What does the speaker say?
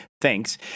thanks